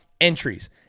entries